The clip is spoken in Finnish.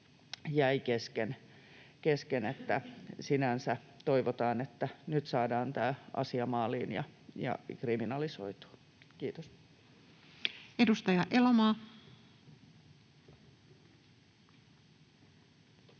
jäi kesken. Sinänsä toivotaan, että nyt saadaan tämä asia maaliin ja kriminalisoitua. — Kiitos.